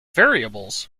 variables